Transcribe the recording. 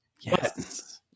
Yes